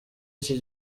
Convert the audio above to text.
iki